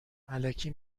الکی